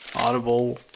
Audible